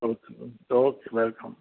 okay okay welcome